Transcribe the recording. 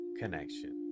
connection